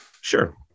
Sure